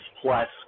plus